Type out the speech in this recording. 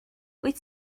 wyt